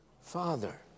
Father